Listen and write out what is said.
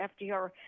FDR